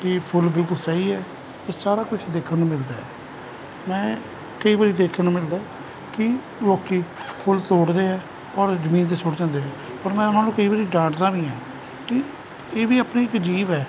ਕੀ ਫੁੱਲ ਬਿਲਕੁਲ ਸਹੀ ਹੈ ਇਹ ਸਾਰਾ ਕੁਝ ਦੇਖਣ ਨੂੰ ਮਿਲਦਾ ਹੈ ਮੈਂ ਕਈ ਵਾਰ ਦੇਖਣ ਨੂੰ ਮਿਲਦਾ ਹੈ ਕਿ ਲੋਕ ਫੁੱਲ ਤੋੜਦੇ ਆ ਔਰ ਜ਼ਮੀਨ ਤੇ ਸੁੱਟ ਦਿੰਦੇ ਹੈ ਔਰ ਮੈਂ ਉਹਨਾਂ ਨੂੰ ਕਈ ਵਾਰੀ ਡਾਂਟ ਦਾ ਵੀ ਹਾਂ ਕਿ ਇਹ ਵੀ ਆਪਣੀ ਇੱਕ ਜੀਵ ਐ